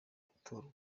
gutorwa